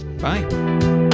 Bye